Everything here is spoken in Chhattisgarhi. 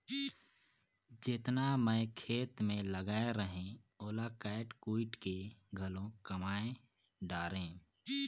जेतना मैं खेत मे लगाए रहें ओला कायट कुइट के घलो कमाय डारें